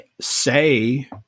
say